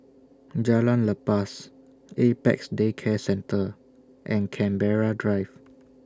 Jalan Lepas Apex Day Care Centre and Canberra Drive